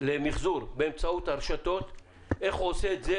למיחזור באמצעות הרשתות איך הוא עושה את זה